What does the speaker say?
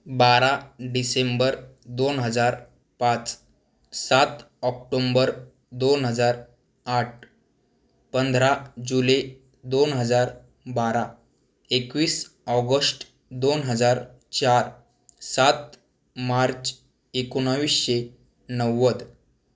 बारा डिसेंबर दोन हजार पाच सात ऑक्टोम्बर दोन हजार आठ पंधरा जुले दोन हजार बारा एकवीस ऑगष्ट दोन हजार चार सात मार्च एकोणीसशे नव्वद